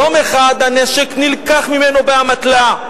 אבל יום אחד הנשק נלקח ממנו באמתלה,